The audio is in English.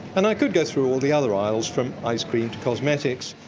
and i could go through all the other aisles, from ice cream to cosmetics,